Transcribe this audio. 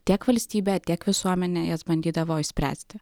tiek valstybė tiek visuomenė jas bandydavo išspręsti